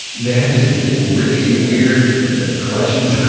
they had these big rickety weird collections